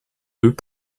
œufs